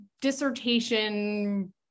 Dissertation